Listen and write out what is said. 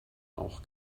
auch